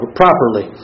properly